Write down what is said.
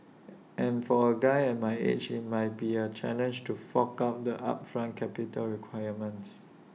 and for A guy my age IT might be A challenge to fork out the upfront capital requirements